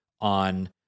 on